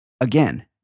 again